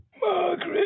Margaret